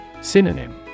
Synonym